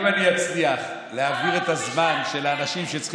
אם אני אצליח להעביר את הזמן של האנשים שצריכים